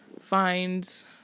finds